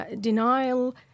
Denial